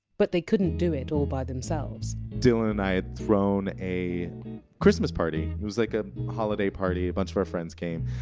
but they couldn! t do it all by themselves dylan and i had thrown a christmas party. it was like a holiday party a bunch of our friends came.